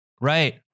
Right